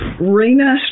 Rena